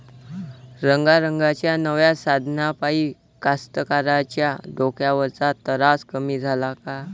रंगारंगाच्या नव्या साधनाइपाई कास्तकाराइच्या डोक्यावरचा तरास कमी झाला का?